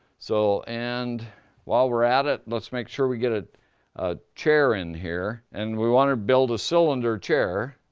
so, and while we're at it, let's make sure we get a ah chair in here and we want to build a cylinder chair.